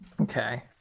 Okay